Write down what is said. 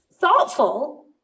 thoughtful